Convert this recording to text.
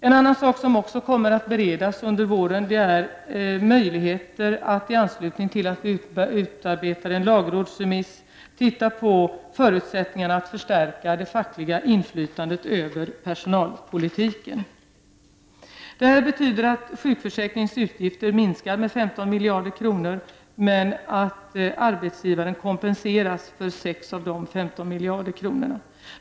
En annan sak som också kommer att beredas under våren i anslutning till att vi utarbetar en lagrådsremiss är möjligheterna att förstärka det fackliga inflytandet över personalpolitiken. Det här betyder att sjukförsäkringens utgifter minskar med 15 miljarder kronor men att arbetsgivaren kompenseras för 6 av de 15 miljarder kronorna.